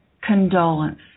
condolence